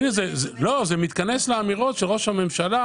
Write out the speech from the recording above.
זה מתכנס לאמירות של ראש הממשלה,